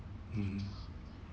mm